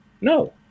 No